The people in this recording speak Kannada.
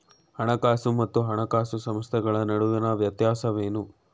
ಹಣಕಾಸು ಮತ್ತು ಹಣಕಾಸು ಸಂಸ್ಥೆಗಳ ನಡುವಿನ ವ್ಯತ್ಯಾಸವೇನು?